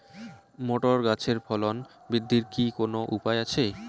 Motor গাছের ফলন বৃদ্ধির কি কোনো উপায় আছে?